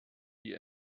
die